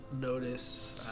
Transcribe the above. notice